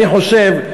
אני חושב,